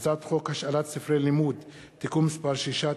הצעת חוק השאלת ספרי לימוד (תיקון מס' 6),